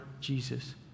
Jesus